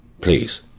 please